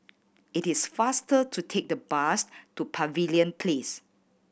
it is faster to take the bus to Pavilion Place